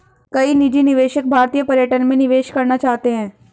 कई निजी निवेशक भारतीय पर्यटन में निवेश करना चाहते हैं